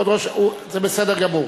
זה בסדר גמור.